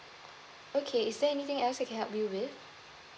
okay is there anything else I can help you with